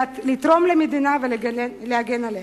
לתרום למדינה ולהגן עליה.